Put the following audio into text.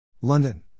London